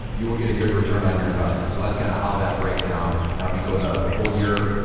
you will get a good return on your investment, so, that's kinda how that breaks down. now, if you go the the full year,